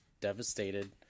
devastated